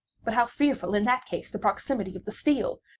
but how fearful, in that case, the proximity of the steel!